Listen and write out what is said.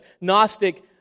Gnostic